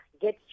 get